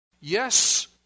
Yes